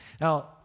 Now